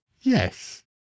Yes